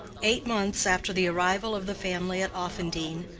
eight months after the arrival of the family at offendene,